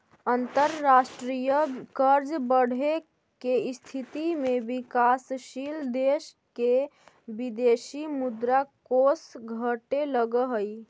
अंतरराष्ट्रीय कर्ज बढ़े के स्थिति में विकासशील देश के विदेशी मुद्रा कोष घटे लगऽ हई